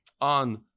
on